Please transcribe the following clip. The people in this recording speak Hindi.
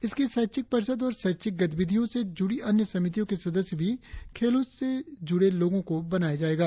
इसकी शैक्षिक परिषद और शैक्षिक गतिविधियों से जुड़ी अन्य समितियों के सदस्य भी खेलों से जुड़े लोगों को बनाया जायेगा